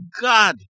God